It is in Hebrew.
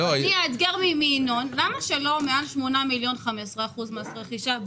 למה שמעל 8 מיליון לא יהיו 15% מס רכישה?